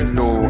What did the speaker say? no